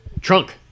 trunk